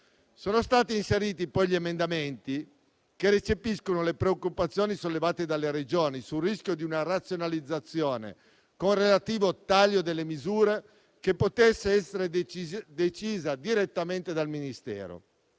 Sono stati inseriti poi gli emendamenti che recepiscono le preoccupazioni sollevate dalle Regioni sul rischio di una razionalizzazione, con relativo taglio delle misure, decisa direttamente dal Ministero.